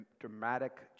dramatic